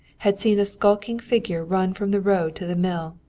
had seen a skulking figure run from the road to the mill,